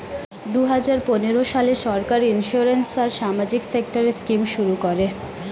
দুই হাজার পনেরো সালে সরকার ইন্সিওরেন্স আর সামাজিক সেক্টরের স্কিম শুরু করে